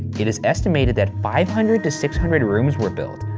it is estimated that five hundred to six hundred rooms were built,